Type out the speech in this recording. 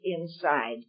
inside